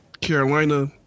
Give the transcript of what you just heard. Carolina